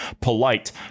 polite